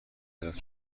دریافت